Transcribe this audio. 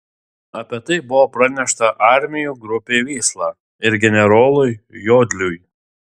apie tai buvo pranešta armijų grupei vysla ir generolui jodliui